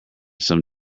some